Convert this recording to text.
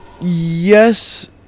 Yes